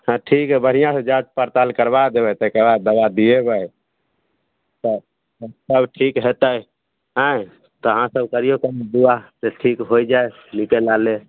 हँ ठीक हइ बढ़िआँसँ जाँच पड़ताल करबा देबै तकर बाद दवा दिएबै तऽ सब ठीक हेतै नहि तऽ अहाँसभ सभ करिऔ सभ दुआ जे ठीक हो जाइ नीके नाले